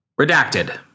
Redacted